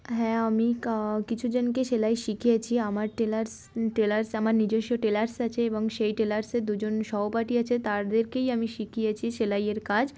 হ্যাঁ আমি কা কিছুজনকে সেলাই শিখিয়েছি আমার টেলার্স টেলার্স আমার নিজস্ব টেলার্স আছে এবং সেই টেলার্সের দুজন সহপাঠী আছে তাদেরকেই আমি শিখিয়েছি সেলাইয়ের কাজ